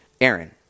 Aaron